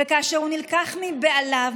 וכאשר הוא נלקח מבעליו,